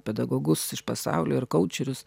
pedagogus iš pasaulio ir kaučerius